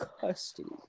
custody